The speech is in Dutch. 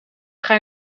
gaan